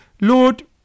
Lord